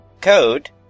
code